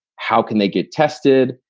how can they get tested?